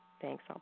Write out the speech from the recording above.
Thanks